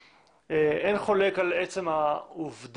אין חולק על עצם העובדה